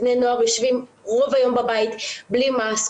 בני נוער יושבים רוב היום בבית בלי מעש,